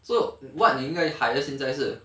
so what 宁愿 higher 现在是